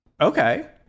Okay